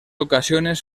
ocasiones